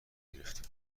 گرفتیم